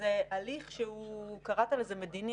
זה הליך שהוא קראת לזה "מדיני",